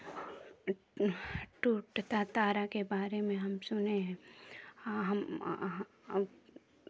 टूटता तारा के बारे में हम सुने हैं हाँ हम